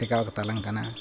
ᱴᱷᱮᱠᱟᱣ ᱠᱟᱛᱟᱞᱟᱝ ᱠᱟᱱᱟ